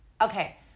Okay